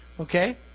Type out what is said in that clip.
Okay